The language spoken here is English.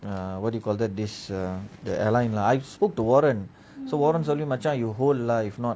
err what do you call that this err the airline lah I spoke to warren so warren சொல்லி:solli your whole life not